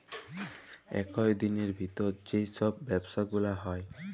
একই দিলের ভিতর যেই সব ব্যবসা গুলা হউ